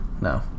No